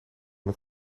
met